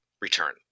return